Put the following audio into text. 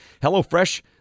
HelloFresh